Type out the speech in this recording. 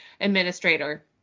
Administrator